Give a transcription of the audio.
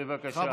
בבקשה.